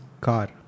car